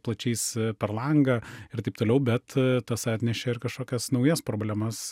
plačiais per langą ir taip toliau bet tas atnešė ir kažkokias naujas problemas